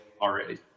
already